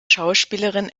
schauspielerin